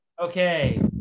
okay